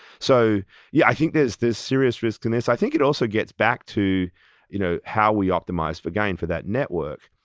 so yeah i think there's serious risk in this. i think it also gets back to you know how we optimize for gain for that network,